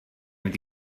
fynd